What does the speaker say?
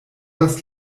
das